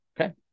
Okay